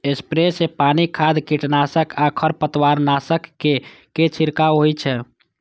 sprayer सं पानि, खाद, कीटनाशक आ खरपतवारनाशक के छिड़काव होइ छै